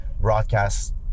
broadcast